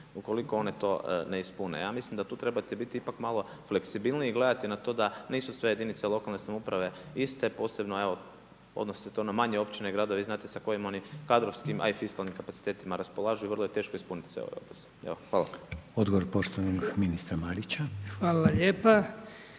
ukoliko one to ne ispune. Ja mislim da tu trebate biti ipak malo fleksibilniji i gledati na to da nisu sve jedinice lokalne samouprave iste, posebno, evo, odnosi se to na manje općine i gradove i znati sa kojim oni kadrovskim a i fiskalnim kapacitetima raspolažu, i vrlo je teško ispuniti sve obveze. Hvala. **Reiner, Željko (HDZ)** Odgovor poštovanog ministra Marića. **Marić,